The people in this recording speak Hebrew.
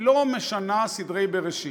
היא לא משנה סדרי בראשית,